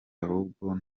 ahubwo